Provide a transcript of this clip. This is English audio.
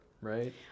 right